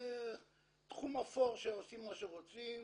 זה תחום אפור שעושים מה שרוצים,